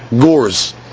gores